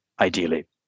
ideally